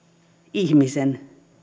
ihmisen